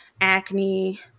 acne